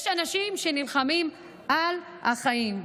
יש אנשים שנלחמים על החיים.